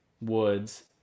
Woods